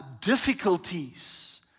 difficulties